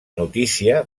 notícia